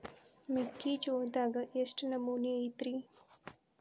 ಮೆಕ್ಕಿಜೋಳದಾಗ ಎಷ್ಟು ನಮೂನಿ ಐತ್ರೇ?